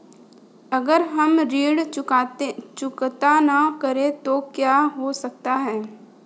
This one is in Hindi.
अगर हम ऋण चुकता न करें तो क्या हो सकता है?